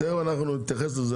תכף אנחנו נתייחס לזה.